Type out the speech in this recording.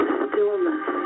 stillness